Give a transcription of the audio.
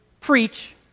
preach